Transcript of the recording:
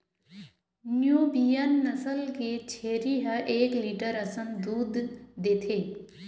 Nubian नसल के छेरी ह एक लीटर असन दूद देथे